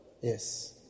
Yes